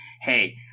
Hey